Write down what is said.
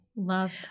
Love